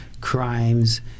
crimes